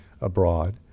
abroad